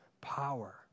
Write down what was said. power